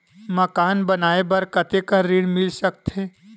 मकान बनाये बर कतेकन ऋण मिल सकथे?